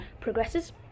progresses